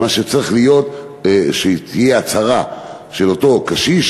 מה שצריך להיות הוא שתהיה הצהרה של אותו קשיש,